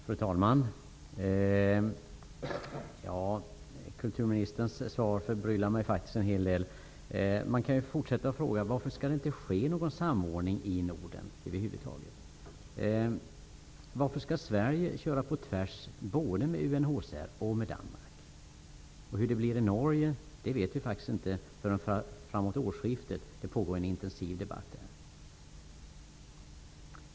Fru talman! Kulturministerns svar förbryllar mig faktiskt en hel del. Man kan ju fortsätta att fråga sig: Varför skall det inte ske någon samordning i Norden över huvud taget? Varför skall Sverige köra på tvärs mot både UNHCR och Danmark? Hur det blir i Norge vet vi faktiskt inte förrän framåt årsskiftet -- det pågår där en intensiv debatt.